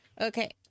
Okay